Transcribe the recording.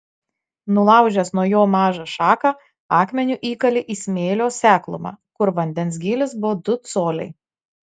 nulaužęs nuo jo mažą šaką akmeniu įkalė į smėlio seklumą kur vandens gylis buvo du coliai